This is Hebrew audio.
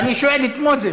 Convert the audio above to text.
ואני שואל את מוזס